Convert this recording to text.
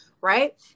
right